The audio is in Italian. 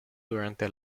durante